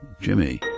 Jimmy